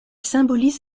symbolise